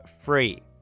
free